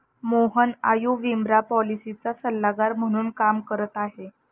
मोहन आयुर्विमा पॉलिसीचा सल्लागार म्हणून काम करत आहे